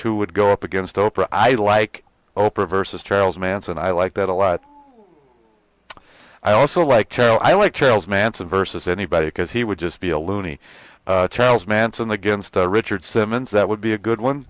who would go up against oprah i like oprah versus charles manson i like that a lot i also like to know i like charles manson versus anybody because he would just be a loony charles manson against richard simmons that would be a good one